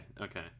okay